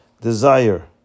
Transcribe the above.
desire